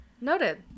Noted